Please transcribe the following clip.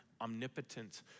omnipotent